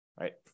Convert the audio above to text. right